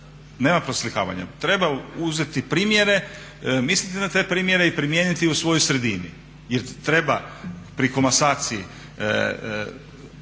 nema preslikavanja, treba uzeti primjere, mislite na te primjere i primijeniti u svojoj sredini. Jer treba pri komasaciji